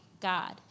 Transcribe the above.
God